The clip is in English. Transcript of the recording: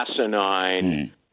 asinine